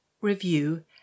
review